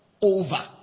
over